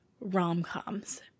rom-coms